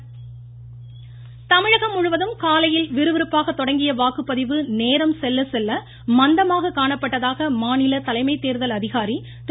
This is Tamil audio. சத்ய பிரத சாகு தமிழகம் முழுவதும் காலையில் விறுவிறுப்பாக தொடங்கிய வாக்குப்பதிவு நேரம் செல்ல செல்ல மந்தமாக காணப்பட்டதாக மாநில தலைமை தேர்தல் அதிகாரி திரு